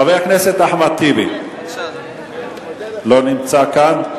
חבר הכנסת אחמד טיבי, לא נמצא כאן.